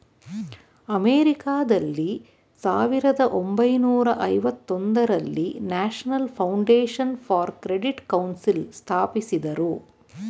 ಅಮೆರಿಕಾದಲ್ಲಿ ಸಾವಿರದ ಒಂಬೈನೂರ ಐವತೊಂದರಲ್ಲಿ national foundation for credit council ಸ್ಥಾಪಿಸಿದರು